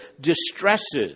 distresses